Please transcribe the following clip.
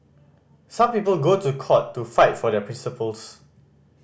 some people go to court to fight for their principles